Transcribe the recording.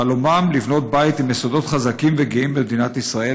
חלומם לבנות בית עם יסודות חזקים וגאים במדינת ישראל,